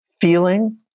feeling